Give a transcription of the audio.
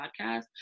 podcast